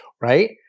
right